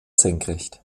senkrecht